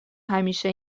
همیشه